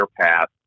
path